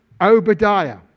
Obadiah